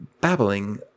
babbling